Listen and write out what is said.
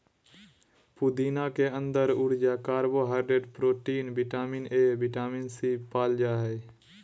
पुदीना के अंदर ऊर्जा, carbohydrate, protein, vitamin A, vitamin C, पाल जा हइ